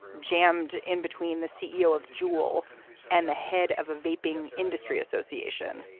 jammed in between the ceo of jewel and the head of a vaping industry association.